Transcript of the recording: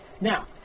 Now